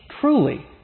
truly